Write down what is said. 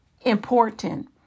important